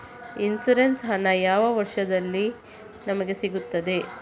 Insurance ಹಣ ಯಾವ ವರ್ಷದಲ್ಲಿ ನಮಗೆ ಸಿಗುತ್ತದೆ?